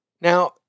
Now